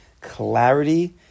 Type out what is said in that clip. Clarity